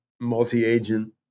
multi-agent